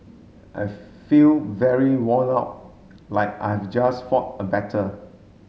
I feel very worn out like I've just fought a battle